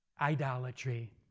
Idolatry